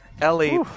Ellie